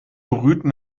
brüten